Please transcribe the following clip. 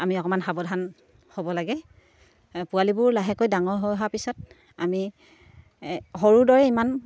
আমি অকমান সাৱধান হ'ব লাগে পোৱালিবোৰ লাহেকৈ ডাঙৰ হৈ অহাৰ পিছত আমি সৰু দৰে ইমান